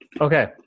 Okay